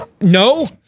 no